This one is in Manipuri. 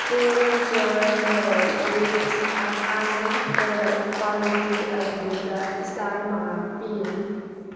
ꯄ꯭ꯔꯣ ꯅꯦꯆꯔ ꯍꯣꯜ ꯋꯤꯠꯁ ꯑꯇꯥꯒꯤ ꯄ꯭ꯔꯗꯛ ꯀ꯭ꯋꯥꯂꯤꯇꯤ ꯑꯗꯨꯗ ꯏꯁꯇꯥꯔ ꯃꯉꯥ ꯄꯤꯌꯨ